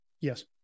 Yes